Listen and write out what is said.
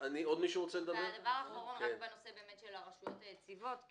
דבר אחרון בנושא של הרשויות היציבות,